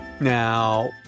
Now